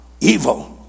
evil